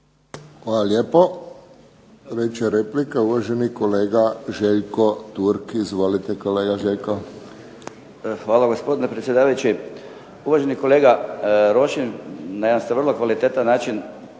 Hvala lijepo. Treća replika uvaženi kolega Željko Turk. Izvolite kolega Željko. **Turk, Željko (HDZ)** Hvala gospodine predsjedavajući. Uvaženi kolega Rošin, na jedan ste vrlo kvalitetan način